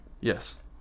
Yes